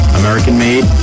american-made